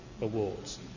awards